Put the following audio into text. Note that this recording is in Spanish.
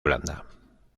blanda